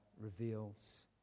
reveals